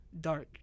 dark